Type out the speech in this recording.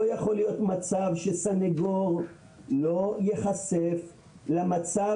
לא יכול להיות מצב שסניגור לא ייחשף למצב